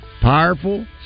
powerful